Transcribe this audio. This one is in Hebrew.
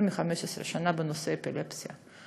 יותר מ-15 שנה, בנושא אפילפסיה.